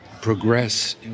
progress